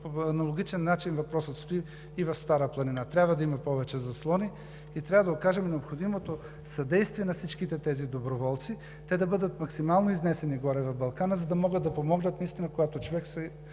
По аналогичен начин стои въпросът и в Стара планина. Трябва да има повече заслони. Трябва да окажем необходимото съдействие на всички тези доброволци да бъдат максимално изнесени горе, в Балкана, за да могат да помогнат наистина, когато човек се